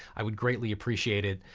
i would greatly appreciate it.